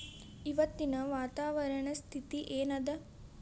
ಇವತ್ತಿನ ವಾತಾವರಣ ಸ್ಥಿತಿ ಏನ್ ಅದ?